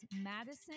Madison